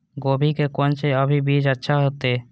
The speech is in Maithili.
गोभी के कोन से अभी बीज अच्छा होते?